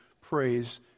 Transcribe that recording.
praise